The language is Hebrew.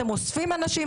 אתם אוספים אנשים,